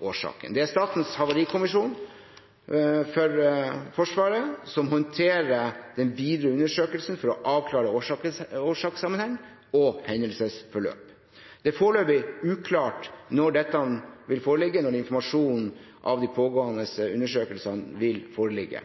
årsaken. Det er Statens havarikommisjon for Forsvaret som håndterer den videre undersøkelsen for å avklare årsakssammenheng og hendelsesforløp. Det er foreløpig uklart når informasjonen om de pågående undersøkelsene vil foreligge.